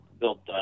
built